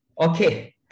Okay